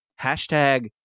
hashtag